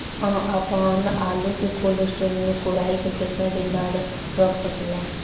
हम आपनआलू के कोल्ड स्टोरेज में कोराई के केतना दिन बाद रख साकिले?